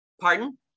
pardon